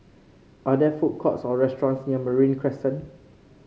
are there food courts or restaurants near Marine Crescent